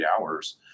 hours